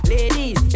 Ladies